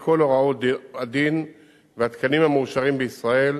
כל הוראות הדין והתקנים המאושרים בישראל,